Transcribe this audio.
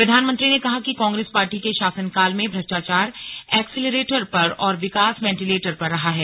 प्रधानमंत्री ने कहा कि कांग्रेस पार्टी के शासनकाल में भ्रष्टाचार एक्सीलिरेटर पर और विकास वेंटिलेटर पर रहा है